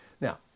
Now